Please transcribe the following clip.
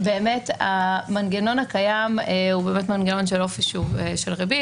המנגנון הקיים הוא מנגנון --- של ריבית,